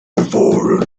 before